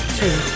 two